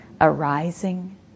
arising